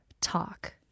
Talk